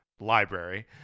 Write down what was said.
library